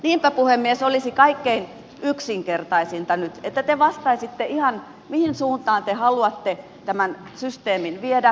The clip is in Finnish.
niinpä puhemies olisi kaikkein yksinkertaisinta nyt että te vastaisitte ihan mihin suuntaan te haluatte tämän systeemin viedä